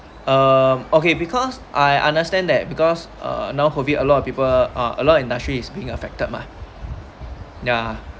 um okay because I understand that because uh now have you a lot of people a lot of industry is being affected mah